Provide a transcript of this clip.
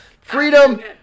freedom